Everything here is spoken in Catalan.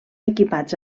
equipats